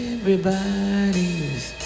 Everybody's